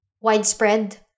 widespread